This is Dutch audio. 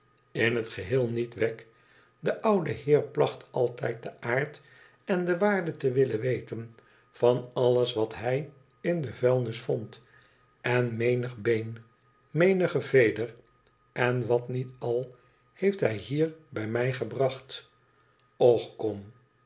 in het geheel niet wegg de oude heer placht altijd den aard en de waarde te willen weten van idles wat hij in de vuilnis vond en menig been menige veder en wat niet al heeft hij hier bij mij gebracht t och kom